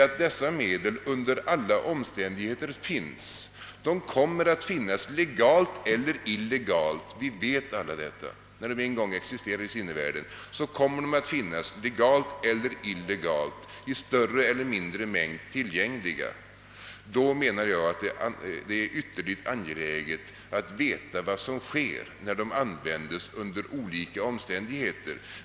Vi wet alla att när medlen en gång existerar i sinnevärlden, så kommer (de att finnas, legalt eller illegalt, i större eller mindre mängd tillgängliga. Då menar jag att det är ytterst angeläget att vi får veta vad som sker när ide användes under olika omständigheter.